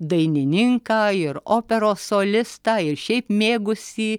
dainininką ir operos solistą ir šiaip mėgusį